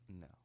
No